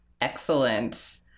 Excellent